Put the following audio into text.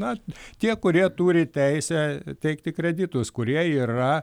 na tie kurie turi teisę teikti kreditus kurie yra